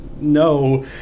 No